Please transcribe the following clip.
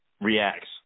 reacts